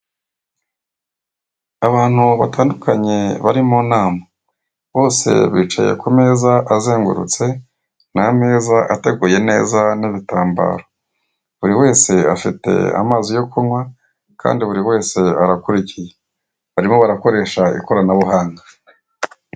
Abantu batandukanye bari mu nama bose bicaye ku meza azengurutse, ni ameza ateguye neza n'ibitambaro. Buri wese afite amazi yo kunywa kandi buri wese arakurikiye barimo barakoresha ikoranabuhanga.